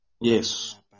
Yes